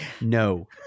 No